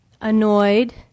annoyed